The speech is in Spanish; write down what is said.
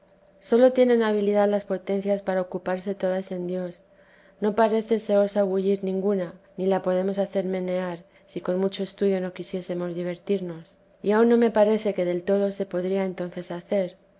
sólo tienen habilidad las potencias para ocuparse todas en dios no parece se osa bullir ninguna ni la podemos hacer menear si con mucho estudio no quisiésemos divertirnos y aun no me parece que del todo se podría entonces hacer